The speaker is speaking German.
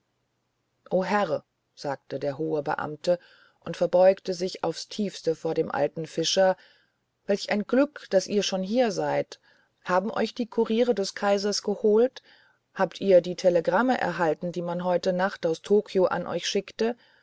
o herr sagte der hohe beamte und verbeugte sich aufs tiefste vor dem alten fischer welch ein glück daß ihr schon hier seid haben euch die kuriere des kaisers geholt habt ihr die telegramme erhalten die man heute nacht aus tokio an euch schickte